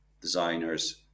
designers